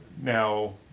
now